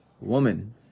woman